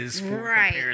Right